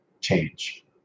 change